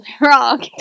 wrong